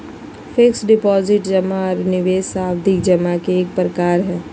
fixed deposit जमा आर निवेश सावधि जमा के एक प्रकार हय